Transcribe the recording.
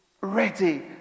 ready